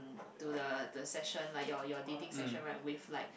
to the the session like your your dating session right with like